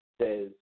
says